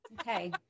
Okay